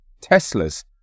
Teslas